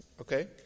Okay